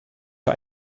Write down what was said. für